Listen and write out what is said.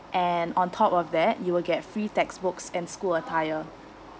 and on top of that you will get free textbooks and school attire